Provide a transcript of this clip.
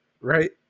right